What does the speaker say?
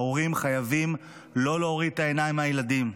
ההורים חייבים לא להוריד את העיניים מהילדים.